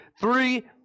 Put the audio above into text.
three